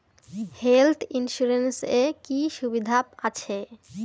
Health insurance এ কি কি সুবিধা আছে?